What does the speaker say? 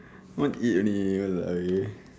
want eat only !walao! eh